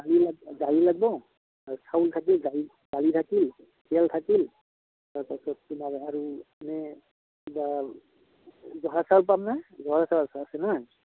মোক দালি লাগিব আৰু চাউল থাকিল দালি থাকিল তেল থাকিল তাৰ পাছত তোমাৰ আৰু মানে কিবা জহা চাউল পামনে জহা চাউলটো আছে ন